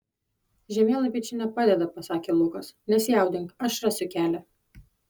žemėlapiai čia nepadeda pasakė lukas nesijaudink aš rasiu kelią